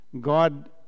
God